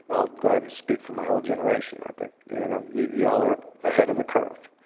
i'll go ahead and speak for my whole generation. i think you and um yeah all are ahead of the curve.